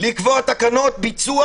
לקבוע תקנות ביצוע,